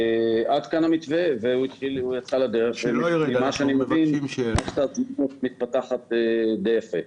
עד כאן המתווה והוא יצא לדרך וממה שאני מבין --- מתפתחת די יפה.